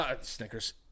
Snickers